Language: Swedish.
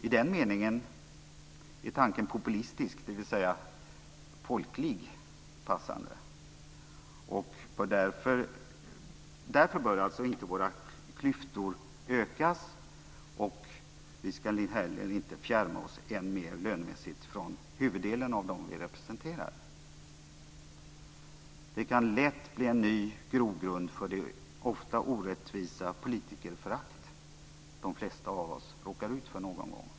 I den meningen är tanken populistisk - folklig, passande. Därför bör inte våra klyftor ökas. Vi ska väl heller inte lönemässigt fjärma oss ännu mer från merparten av dem som vi representerar. Det kan lätt bli en ny grogrund för det ofta orättvisa politikerförakt som de flesta av oss någon gång råkar ut för.